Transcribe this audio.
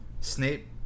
Snape